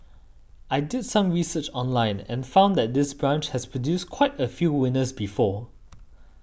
I did some research online and found that this branch has produced quite a few winners before